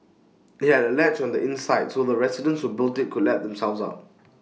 IT had A latch on the inside so the residents who built IT could let themselves out